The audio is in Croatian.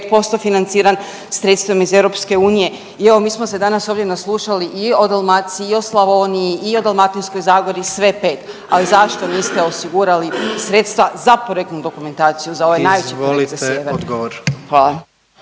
95% financiran sredstvima iz Europske unije. I evo mi smo se danas ovdje naslušali i o Dalmaciji, i o Slavoniji, i o Dalmatinskoj zagori eve pet. Ali zašto niste osigurali sredstva za projektnu dokumentaciju za ovaj najveći … /ne razumije se/ … sjever. Hvala.